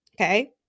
Okay